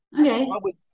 okay